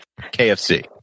KFC